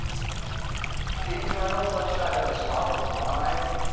eternal sunshine eternal sunshine of a spotless mind.